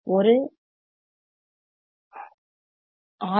ஒரு ஆர்